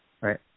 right